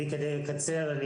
כדי לקצר,